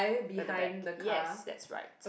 at the back yes that's right